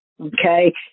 okay